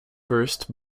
first